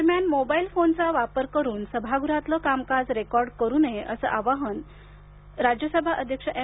दरम्यान मोबाइल फोनचा वापर करून सभागृहातील कामकाज रेकॉर्ड करू नये असं आवाहन राज्यसभा अध्यक्ष मे